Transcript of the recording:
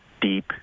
deep